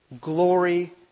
glory